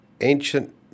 ancient